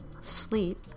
sleep